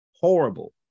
horrible